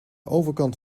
overkant